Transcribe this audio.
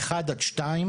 אחת ושתיים